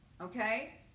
okay